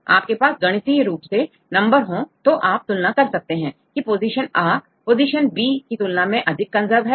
कि आपके पास गणितीय रूप से नंबर हो तो आप तुलना कर सकते हैं की पोजीशन अ पोजीशन बी की तुलना में अधिक कंजर्व है